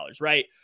right